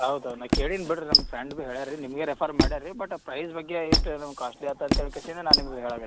ಹೌದು ನಾ ಕೇಳೀನಿ ಬಿಡಿ ರೀ ನಮ್ಮ ಫ್ರೆಂಡ್ ಹೇಳ್ಯಾರೆ ರೀ ನಿಮಗೇ ರೆಫರ್ ಮಾಡ್ಯಾರೆ ರೀ ಬಟ್ ಪ್ರೈಸ್ ಬಗ್ಗೆ ಎಷ್ಟು ನಮ್ಗ್ ಕಾಸ್ಟ್ಲಿ ಆತಂದ್ ತಕ್ಷಣ ನಾ ನಿಮ್ಗೆ ಹೇಳಕತಿ